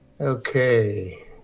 Okay